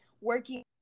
working